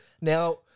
Now